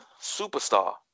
superstar